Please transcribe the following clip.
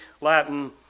Latin